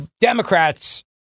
Democrats